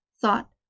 Thought